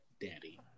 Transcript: daddy